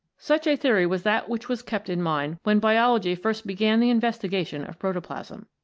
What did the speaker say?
such a theory was that which was kept in mind when biology first began the investigation of protoplasm.